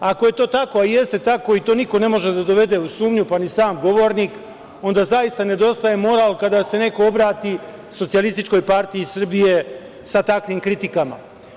Ako je to tako, a jeste tako i to niko ne može da dovde u sumnju, pa ni sam govornik, onda zaista nedostaje moral kada se neko obrati SPS sa takvim kritikama.